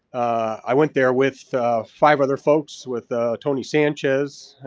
i went there with five other folks, with tony sanchez,